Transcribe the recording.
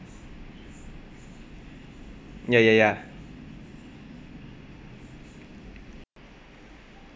ya ya ya